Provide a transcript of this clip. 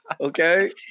Okay